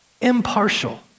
impartial